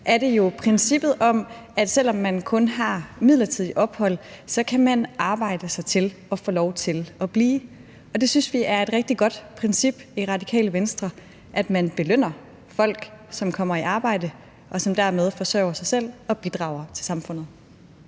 er det jo princippet om, at selv om man kun har midlertidigt ophold, kan man arbejde sig til at få lov til at blive. Og det synes vi er et rigtig godt princip i Radikale Venstre, altså at man belønner folk, som kommer i arbejde, og som dermed forsørger sig selv og bidrager til samfundet.